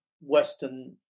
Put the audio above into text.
Western